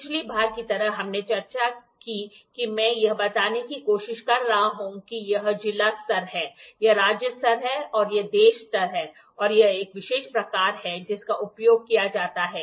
पिछली बार की तरह हमने चर्चा की कि मैं यह बताने की कोशिश कर रहा हूं कि यह जिला स्तर है यह राज्य स्तर है और यह देश स्तर है और यह एक विशेष प्रकार है जिसका उपयोग किया जाता है